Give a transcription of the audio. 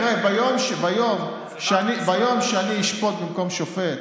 תראה, ביום שאני אשפוט במקום שופט,